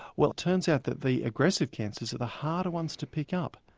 well it turns out that the aggressive cancers are the harder ones to pick up.